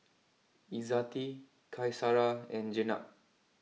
Izzati Qaisara and Jenab